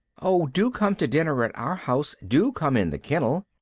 oh, do come to dinner at our house, do come in the kennel!